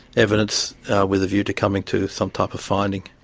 evidence with a view to coming to some type of finding.